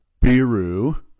Biru